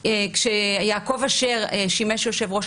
כשיעקב אשר שימש יושב-ראש,